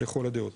לכל הדעות.